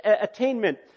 attainment